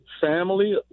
family